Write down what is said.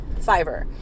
Fiverr